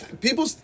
people